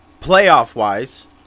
playoff-wise